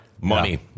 Money